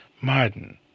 Martin